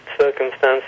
circumstances